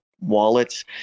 wallets